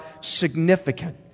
significant